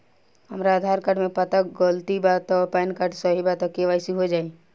हमरा आधार कार्ड मे पता गलती बा त पैन कार्ड सही बा त के.वाइ.सी हो जायी?